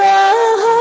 Love